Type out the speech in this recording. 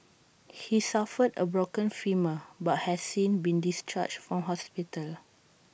he suffered A broken femur but has seen been discharged from hospital